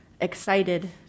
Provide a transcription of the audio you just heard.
excited